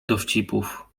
dowcipów